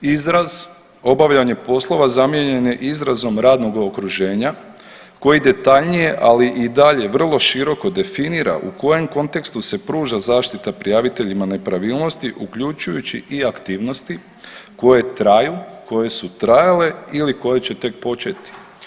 Izraz obavljanje poslova zamijenjen je izrazom radnoga okruženja koji detaljnije, ali i dalje vrlo široko definira u kojem kontekstu se pruža zaštita prijaviteljima nepravilnosti uključujući i aktivnosti koje traje, koje su trajale ili koje će tek početi.